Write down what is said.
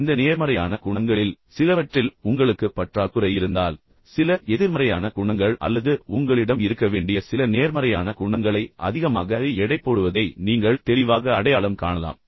இப்போது இந்த நேர்மறையான குணங்களில் சிலவற்றில் உங்களுக்கு பற்றாக்குறை இருப்பதாக நீங்கள் நினைத்தால் சில எதிர்மறையான குணங்கள் அல்லது உங்களிடம் இருக்க வேண்டிய சில நேர்மறையான குணங்களை அதிகமாக எடைபோடுவதை நீங்கள் தெளிவாக அடையாளம் காணலாம்